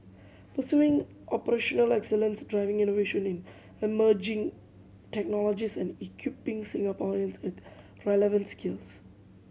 pursuing operational excellence driving innovation in emerging technologies and equipping Singaporeans with relevant skills